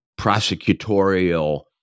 prosecutorial